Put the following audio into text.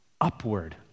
upward